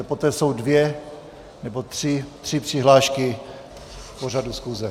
Poté jsou dvě nebo tři přihlášky k pořadu schůze.